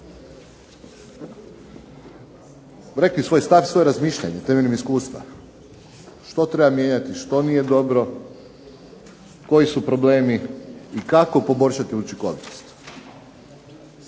rekli svoj stav svoje razmišljanje temeljem iskustva, što treba mijenjati, što nije dobro koji su problemi i kako poboljšati učinkovitost.